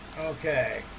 okay